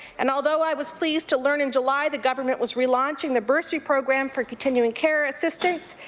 and although i was pleased to learn in july the government was relunching the bursary program for continuing care assistance,